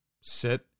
sit